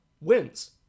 wins